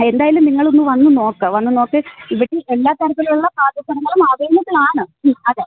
എന്തായാലും നിങ്ങളൊന്ന് വന്ന് നോക്ക് വന്ന് നോക്കി ഇവിടെ എല്ലാ തരത്തിലുള്ള പാദസരങ്ങളും അവൈലബിൾ ആണ് അതെ